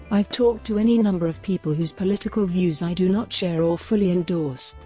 i've talked to any number of people whose political views i do not share or fully endorse.